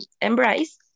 embrace